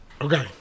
Okay